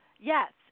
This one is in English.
yes